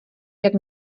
jak